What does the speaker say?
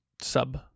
sub